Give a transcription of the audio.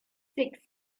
six